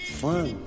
fun